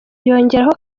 yongeraho